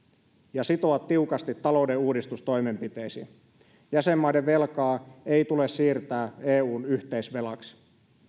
ja sitoa tiukasti talouden uudistustoimenpiteisiin jäsenmaiden velkaa ei tule siirtää eun yhteisvelaksi